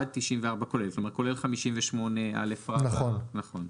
עד 94 כולל, זאת אומרת כולל 58א. נכון.